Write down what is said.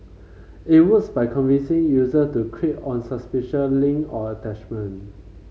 it works by convincing user to click on suspicious link or attachment